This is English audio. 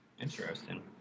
Interesting